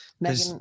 Megan